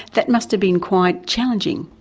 that must have been quite challenging.